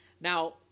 Now